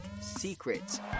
Secrets